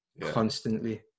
constantly